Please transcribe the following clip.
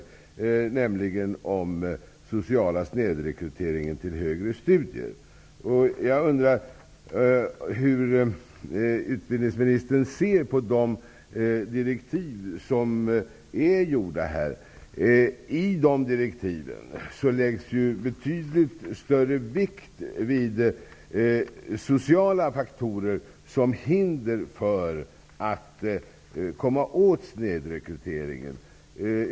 Utredningen om den sociala snedrekryteringen till högre studier. Hur ser utbildningsministern på direktiven till den här utredningen? I direktiven läggs ju betydligt större vikt vid sociala faktorer som hinder för att man skall kunna komma åt snedrekryteringen.